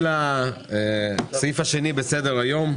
על סדר-היום: